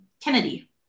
Kennedy